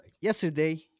yesterday